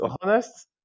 honest